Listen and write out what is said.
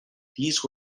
these